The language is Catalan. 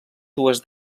dues